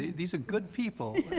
these are good people.